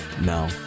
no